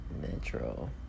Metro